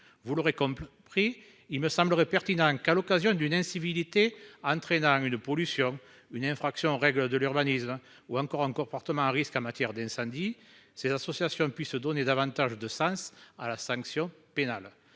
Vous l'aurez compris, il me semblerait pertinent qu'à l'occasion d'une incivilité, entraînant une pollution une infraction aux règles de l'urbanisme ou encore en comportements à risque en matière d'incendie. Ces associations puissent donner davantage de sens à la sanction pénale,